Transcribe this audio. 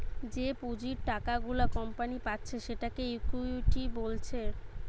যে পুঁজির টাকা গুলা কোম্পানি পাচ্ছে সেটাকে ইকুইটি বলছে